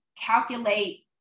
calculate